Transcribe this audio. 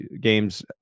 games